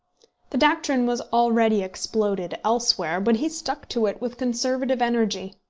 the doctrine was already exploded elsewhere, but he stuck to it with conservative energy.